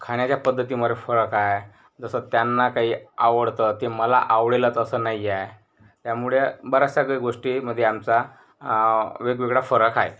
खाण्याच्या पद्धतीमरे फरक आहे जसं त्यांना काही आवडतं ते मला आवडेलच असं नाही आहे त्यामुळे बऱ्यासशा काही गोष्टीमध्ये आमचा वेगवेगळा फरक आहेत